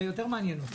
זה יותר מעניין אותי.